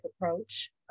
approach